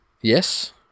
yes